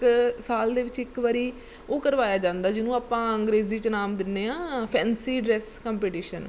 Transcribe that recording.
ਕ ਸਾਲ ਦੇ ਵਿੱਚ ਇੱਕ ਵਾਰੀ ਉਹ ਕਰਵਾਇਆ ਜਾਂਦਾ ਜਿਹਨੂੰ ਆਪਾਂ ਅੰਗਰੇਜ਼ੀ 'ਚ ਨਾਮ ਦਿੰਦੇ ਹਾਂ ਫੈਂਸੀ ਡਰੈਸ ਕੰਪੀਟੀਸ਼ਨ